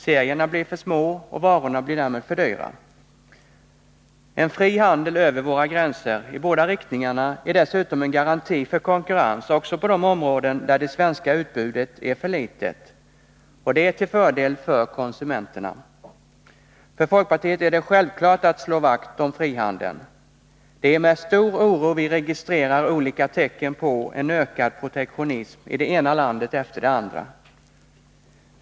Serierna blir för små, och varorna blir därmed för dyra. En fri handel över våra gränser, i båda riktningarna, är dessutom en garanti för konkurrens också på de områden där det svenska utbudet är litet. Och det är till fördel för konsumenterna. : För folkpartiet är det självklart att slå vakt om frihandeln. Det är med stor oro vi registrerar olika tecken på en ökad protektionism i det ena landet efter det andra.